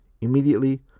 Immediately